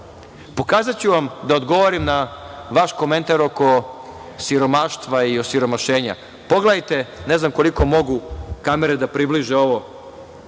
sveta. Pokazaću vam, da odgovorim na vaš komentar oko siromaštva i osiromašenja, pogledajte, ne znam koliko mogu kamere da približe ovo,